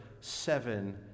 seven